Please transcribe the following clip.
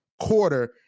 quarter